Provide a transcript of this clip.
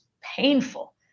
painful